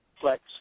flex